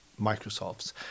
Microsoft's